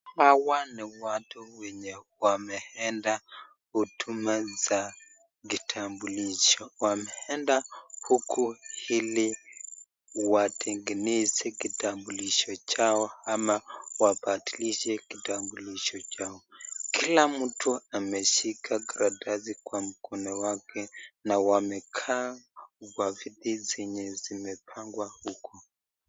Hawa ni watu wenye wameenda huduma za vitambulisho. Wameenda huku ili watengeneze kitambulisho chao ama wabadislishe kitambulisho chao. Kila mtu ameshika karatasi kwa mkono wake na wamekaa kwa viti zenye zimepangwa huko.